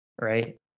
right